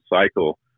cycle